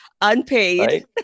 Unpaid